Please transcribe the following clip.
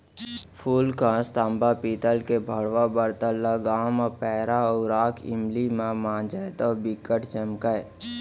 फूलकास, तांबा, पीतल के भंड़वा बरतन ल गांव म पैरा अउ राख इमली म मांजय तौ बिकट चमकय